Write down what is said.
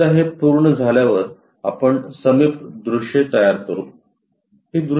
एकदा हे पूर्ण झाल्यावर आपण समीप दृश्ये तयार करू